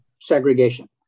segregation